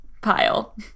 pile